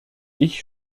ich